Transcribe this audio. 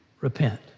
repent